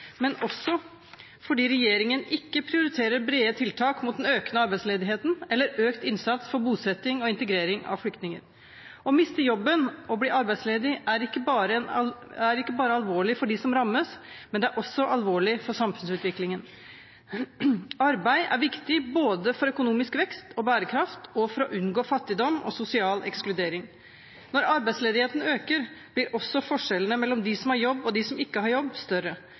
men også fordi regjeringen ikke prioriterer brede tiltak mot den økende arbeidsledigheten eller økt innsats for bosetting og integrering av flyktninger. Å miste jobben og bli arbeidsledig er ikke bare alvorlig for dem som rammes, men det er også alvorlig for samfunnsutviklingen. Arbeid er viktig både for økonomisk vekst og bærekraft og for å unngå fattigdom og sosial ekskludering. Når arbeidsledigheten øker, blir også forskjellene mellom dem som har jobb, og dem som ikke har jobb, større.